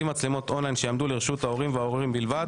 מצלמות און ליין שיעמדו לרשות ההורים בלבד.